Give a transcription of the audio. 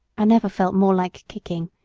i never felt more like kicking,